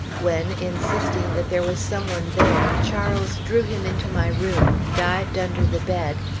when, insisting that there was some one there, charles drew him into my room, dived under the bed,